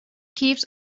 keeps